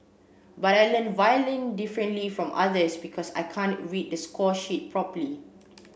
but I learn violin differently from others because I can't read the score sheet properly